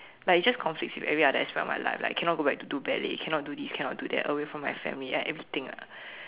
like it just conflicts with every other aspect of my life like cannot go back to do ballet cannot do this cannot do that away from my family uh everything lah